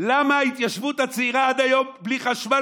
למה ההתיישבות הצעירה עד היום בלי חשמל.